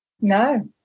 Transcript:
no